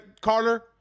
Carter